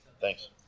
thanks